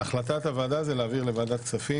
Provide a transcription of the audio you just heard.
החלטת הוועדה היא להעביר את החוק לדיון בוועדת הכספים.